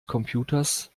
computers